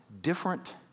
different